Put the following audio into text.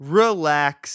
relax